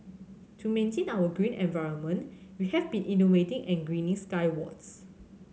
to maintain our green environment we have been innovating and greening skywards